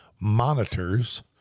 monitors